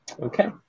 okay